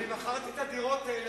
אני מכרתי את הדירות האלה,